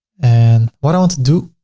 and what i want to do,